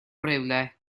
rywle